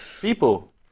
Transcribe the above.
People